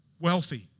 wealthy